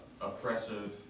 oppressive